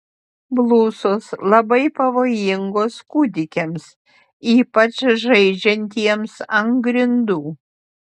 blusos labai pavojingos kūdikiams ypač žaidžiantiems ant grindų